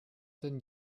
denn